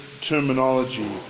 terminology